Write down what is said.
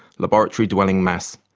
laboratory-dwelling mass.